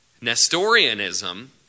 Nestorianism